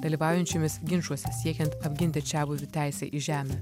dalyvaujančiomis ginčuose siekiant apginti čiabuvių teisę į žemę